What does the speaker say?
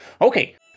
Okay